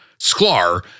Sklar